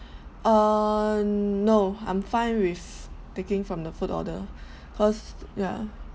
err no I'm fine with taking from the food order cause ya